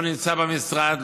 לא נמצא במשרד,